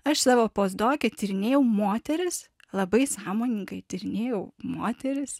aš savo pozdoke tyrinėjau moteris labai sąmoningai tyrinėjau moteris